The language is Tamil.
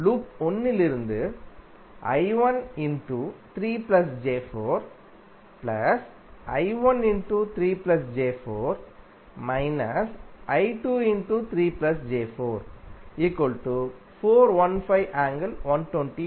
லூப் 1 இலிருந்து I13 j4 I13 j4 − I23 j4 415∠120◦ i